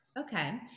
okay